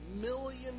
million